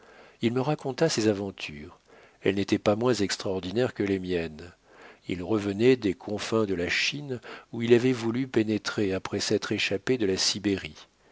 il me raconta ses aventures elles n'étaient pas moins extraordinaires que les miennes il revenait des confins de la chine où il avait voulu pénétrer après s'être échappé de la sibérie